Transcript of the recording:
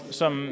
som